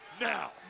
now